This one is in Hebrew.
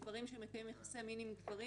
גברים שמקיימים יחסי מין עם גברים